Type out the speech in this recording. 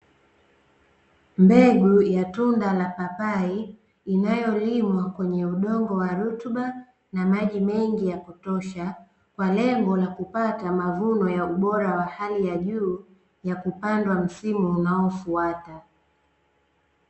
Mbegu ya tunda la papai inayolimwa kwenye udongo wa rutuba na maji mengi ya kutosha kwa lengo la kupata mavuno ya ubora wa hali ya juu ya kupandwa msimu unaofuata.